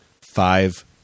five